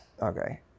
Okay